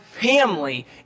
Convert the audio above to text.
family